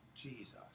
Jesus